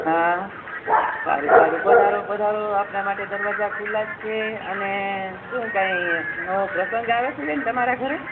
હા સારું સારું પધારો પધારો આપના માટે દરવાજા ખૂલ્લા જ છે અને શું કાંઈ નવો પ્રસંગ આવે છે બહેન તમારા ઘરે